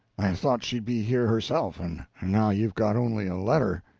thought she'd be here herself, and now you've got only a letter.